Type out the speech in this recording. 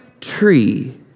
tree